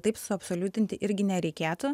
taip suabsoliutinti irgi nereikėtų